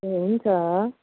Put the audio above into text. ए हुन्छ